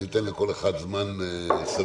אני נותן לכל אחד זמן סביר